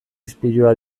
ispilua